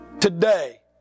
today